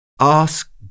Ask